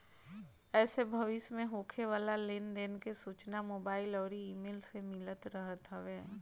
एसे भविष्य में होखे वाला लेन देन के सूचना मोबाईल अउरी इमेल से मिलत रहत हवे